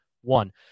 One